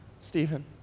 Stephen